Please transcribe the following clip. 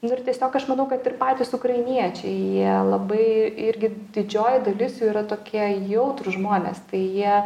nu ir tiesiog aš manau kad ir patys ukrainiečiai jie labai irgi didžioji dalis jų yra tokie jautrūs žmonės tai jie